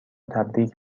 تبریک